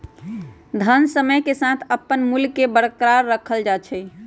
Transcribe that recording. धन समय के साथ अपन मूल्य के बरकरार रखल जा हई